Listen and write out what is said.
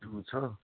जू छ